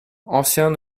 ancien